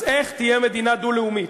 אז איך תהיה מדינה דו-לאומית?